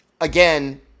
again